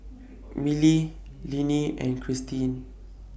Milly Leanne and Cherise